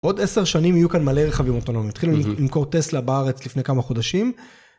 בעוד עשר שנים יהיו כאן מלא רכבים אוטונומיים, התחילו למכור טסלה בארץ לפני כמה חודשים.